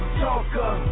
talker